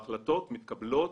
ההחלטות מתקבלות